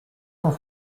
cent